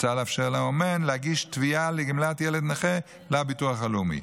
מוצע לאפשר לאומן להגיש תביעה לגמלת ילד נכה לביטוח הלאומי.